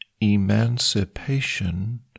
Emancipation